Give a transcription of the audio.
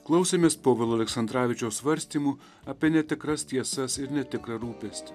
klausėmės povilo aleksandravičiaus svarstymų apie netikras tiesas ir ne tikrą rūpestį